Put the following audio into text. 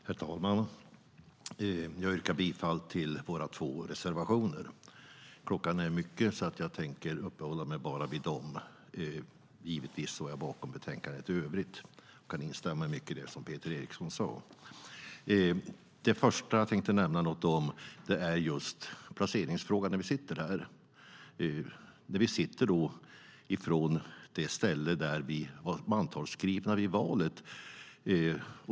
Herr talman! Jag yrkar bifall till våra två reservationer. Klockan är mycket så jag tänker hålla mig till bara dem. Givetvis står jag bakom förslaget i betänkandet i övrigt. Jag kan instämma i mycket av det som Peter Eriksson sade. Det första jag tänkte nämna något om är just placeringsfrågan, hur vi sitter i kammaren. Vi är placerade med utgångspunkt från det ställe där vi var mantalsskrivna vid valet.